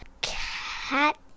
cat